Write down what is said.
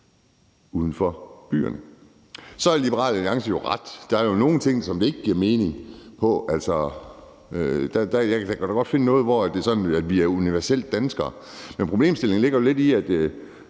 uden for byerne. Så har Liberal Alliance jo ret: Der er nogle ting, som det ikke giver mening for. Jeg kan da godt finde noget, hvor det er sådan, at vi er universelt danskere. Men problemstillingen ligger jo lidt i, at